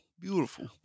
Beautiful